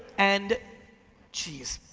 and jeez,